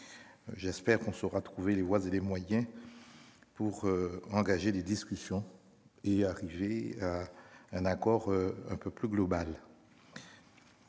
J'espère qu'on saura trouver les voies et les moyens pour engager des discussions et arriver à un accord un peu plus global.